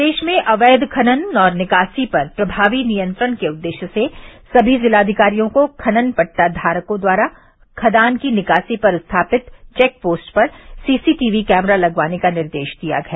प्रदेश में अवैघ खनन और निकासी पर प्रमावी नियंत्रण के उद्देश्य से सभी जिलाधिकारियों को खनन पट्टा धारकों द्वारा खदान की निकासी पर स्थापित चेक पोस्ट पर सीसी टीवी कैमरा लगवाने का निर्देश दिया गया है